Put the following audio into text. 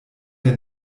der